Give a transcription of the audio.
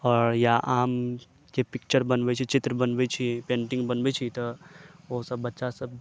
आओर या आमके पिक्चर बनबै छी चित्र बनबै छी पेंटिंग बनबै छी तऽ ओसभ बच्चासभ